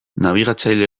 nabigatzaile